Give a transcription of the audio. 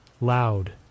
loud